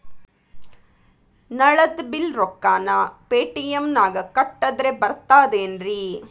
ನಳದ್ ಬಿಲ್ ರೊಕ್ಕನಾ ಪೇಟಿಎಂ ನಾಗ ಕಟ್ಟದ್ರೆ ಬರ್ತಾದೇನ್ರಿ?